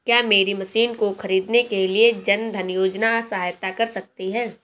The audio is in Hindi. क्या मेरी मशीन को ख़रीदने के लिए जन धन योजना सहायता कर सकती है?